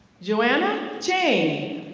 joanna chang.